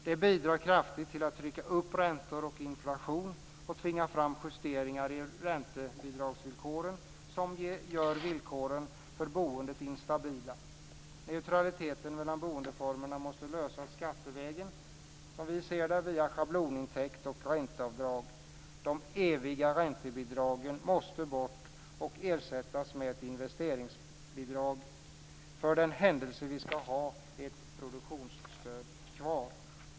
Det bidrar kraftigt till att driva upp räntor och inflation och tvingar fram justeringar i räntebidragsvillkoren, som gör villkoren för boendet instabila. Neutraliteten mellan boendeformerna måste lösas skattevägen, som vi ser det, via schablonintäkt och ränteavdrag. De eviga räntebidragen måste bort och ersättas med ett investeringsbidrag, för den händelse vi skall ha ett produktionsstöd kvar.